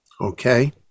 Okay